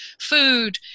food